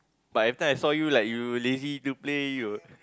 but every time I saw you like you lazy to play you